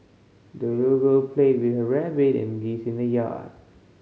the little girl played with her rabbit and geese in the yard